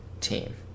team